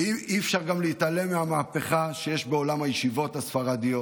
ואי-אפשר גם להתעלם מהמהפכה שיש בעולם הישיבות הספרדיות,